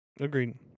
Agreed